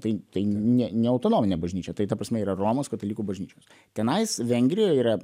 tai tai ne neautonominė bažnyčia tai ta prasme yra romos katalikų bažnyčios tenais vengrijoj yra